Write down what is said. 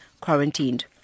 quarantined